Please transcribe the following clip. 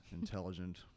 intelligent